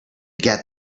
get